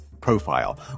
profile